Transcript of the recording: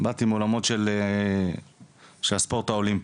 באתי מעולמות של הספורט האולימפי,